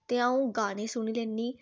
अ'ऊं गाने सुनी लैन्नीं